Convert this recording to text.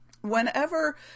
Whenever